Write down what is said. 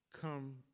come